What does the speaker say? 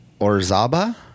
Orzaba